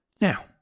Now